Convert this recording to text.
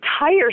entire